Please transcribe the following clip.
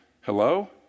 hello